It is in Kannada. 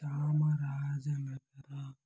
ಚಾಮರಾಜನಗರ